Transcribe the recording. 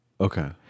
Okay